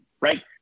right